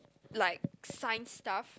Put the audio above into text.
like science stuff